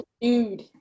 dude